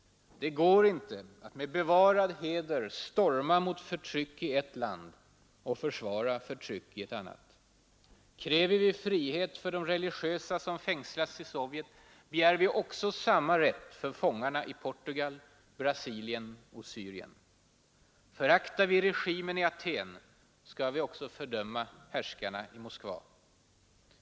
Det går inte att med bevarad heder storma mot förtryck i ett land och försvara förtryck i ett annat. Kräver vi frihet för de religiösa som fängslas i Sovjet begär vi också samma rätt för fångarna i Portugal, Brasilien och Syrien. Föraktar vi regimen i Aten skall vi också fördöma härskarna i Moskva.